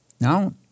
Now